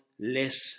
less